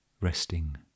resting